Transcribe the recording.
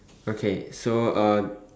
okay so uh